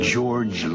George